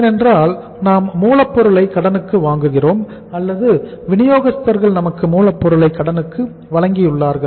ஏனென்றால் நாம் மூலப்பொருளை கடனுக்கு வாங்குகிறோம் அல்லது விநியோகஸ்தர்கள் நமக்கு மூலப்பொருளை கடனுக்கு வழங்கியுள்ளார்கள்